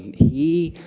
he.